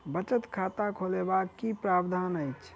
बचत खाता खोलेबाक की प्रावधान अछि?